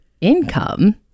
income